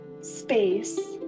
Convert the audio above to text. space